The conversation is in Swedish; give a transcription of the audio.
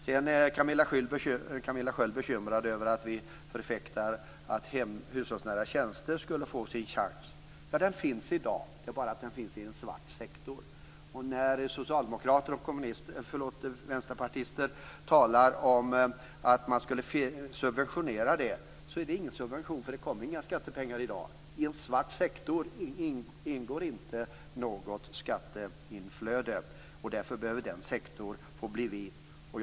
Sedan är Camilla Sköld bekymrad över att vi förfäktar att hushållsnära tjänster skulle få sin chans. Den finns i dag. Det är bara det att den finns i en svart sektor. Socialdemokrater och vänsterpartister talar om att tjänsterna skall subventioneras. Men det är en ingen subvention, för det kommer inga skattepengar i dag. I en svart sektor ingår inte något skatteflöde. Därför behöver denna sektor få bli vit.